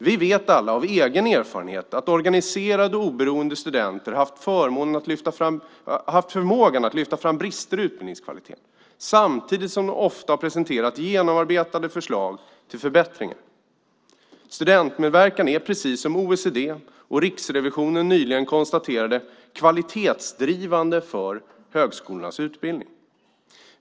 Vi vet alla av egen erfarenhet att organiserade och oberoende studenter haft förmågan att lyfta fram brister i utbildningskvaliteten, samtidigt som de ofta har presenterat genomarbetade förslag till förbättringar. Studentmedverkan är, precis som OECD och Riksrevisionen nyligen konstaterade, kvalitetsdrivande för högskolornas utbildning.